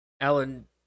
Alan